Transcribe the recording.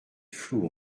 floue